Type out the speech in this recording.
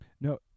No